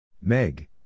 Meg